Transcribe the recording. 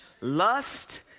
lust